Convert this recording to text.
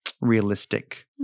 realistic